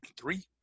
Three